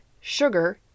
sugar